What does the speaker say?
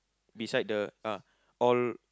beside that ah all